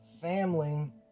family